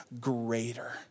greater